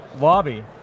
Lobby